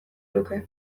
luke